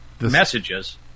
messages